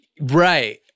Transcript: Right